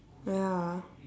ya